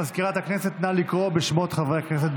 מזכירת הכנסת, נא לקרוא בשמות חברי הכנסת.